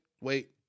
wait